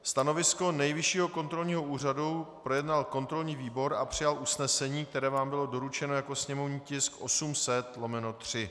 Stanovisko Nejvyššího kontrolního úřadu projednal kontrolní výbor a přijal usnesení, které vám bylo doručeno jako sněmovní tisk 800/3.